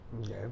Okay